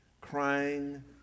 crying